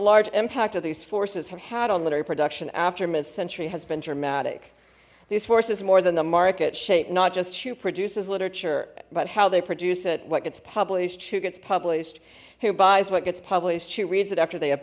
large impact of these forces have had on literary production after mid century has been dramatic these forces more than the market shaped not just who produces literature but how they produce it what gets published who gets published who buys what gets published who reads it after they have